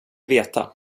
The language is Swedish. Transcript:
veta